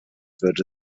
würde